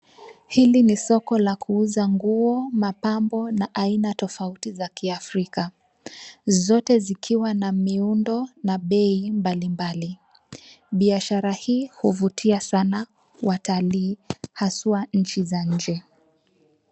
Hili ni soko la kuuza nguo, mapambo na aina tofauti za Afrika zote zikiwa na muundo na bei mbalimbali. Biashara hii huvutia sana watalii haswa nchi za nje.